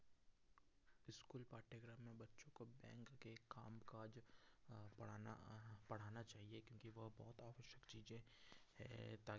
school पाठ्यक्रम में बच्चों को बैंक के काम काज पढ़ाना पढ़ाना चाहिए क्योंकि वह बहुत आवश्यक चीज़ें हैं ताकि